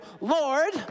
Lord